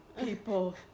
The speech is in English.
people